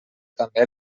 també